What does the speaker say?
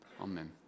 amen